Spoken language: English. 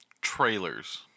Trailers